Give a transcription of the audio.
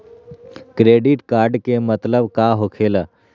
Credit card के मतलब का होकेला?